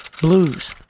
Blues